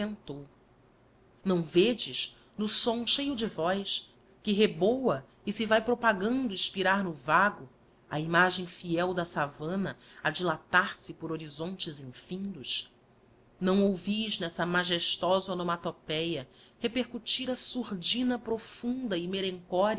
inventou não vedes no som cheio de voz que reboa e se vae propagando expirar no vago a imagem fiel da savana a dilatar se por horizontes infindos não ouvis n'ebsív magestosa onomatopeia repercutir a surdina profunda e